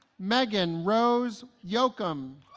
megan rose yocum